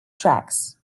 tracks